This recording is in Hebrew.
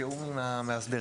בתיאום עם המאסדרים.